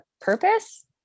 purpose